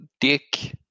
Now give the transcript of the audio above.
dick